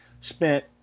spent